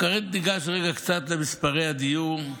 כרגע ניגש קצת למספרי הדיור,